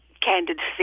candidacy